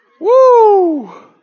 woo